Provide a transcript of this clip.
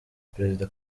perezida